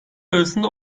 arasında